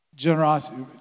Generosity